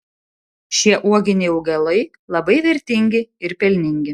šie uoginiai augalai labai vertingi ir pelningi